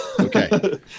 Okay